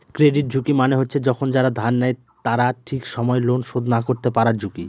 credit ঝুঁকি মানে হচ্ছে যখন যারা ধার নেয় তারা ঠিক সময় লোন শোধ না করতে পারার ঝুঁকি